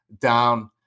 down